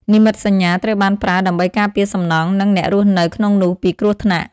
និមិត្តសញ្ញា ត្រូវបានប្រើដើម្បីការពារសំណង់ និងអ្នករស់នៅក្នុងនោះពីគ្រោះថ្នាក់។